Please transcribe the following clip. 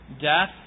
death